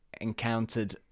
encountered